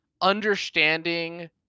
understanding